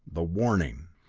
the warning!